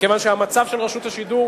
מכיוון שהמצב של רשות השידור,